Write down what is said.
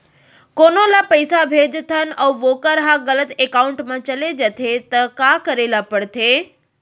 कोनो ला पइसा भेजथन अऊ वोकर ह गलत एकाउंट में चले जथे त का करे ला पड़थे?